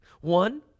One